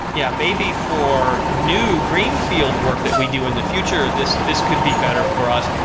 yeah, maybe for new greenfield work that we do in the future, this this could be better for us,